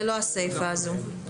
זאת לא הסיפה הזאת.